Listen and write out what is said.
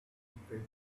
betrayed